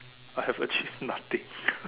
I have achieved nothing